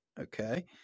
okay